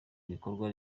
ibikorwa